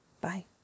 Bye